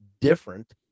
different